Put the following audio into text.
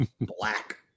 black